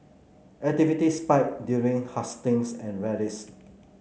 activity spike during hustings and rallies